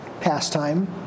pastime